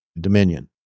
dominion